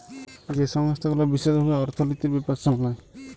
যেই সংস্থা গুলা বিশেস ভাবে অর্থলিতির ব্যাপার সামলায়